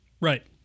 Right